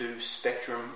Spectrum